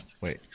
Wait